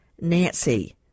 nancy